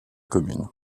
commune